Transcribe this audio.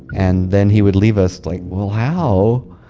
and then he would leave us like, well how?